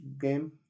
game